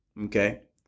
Okay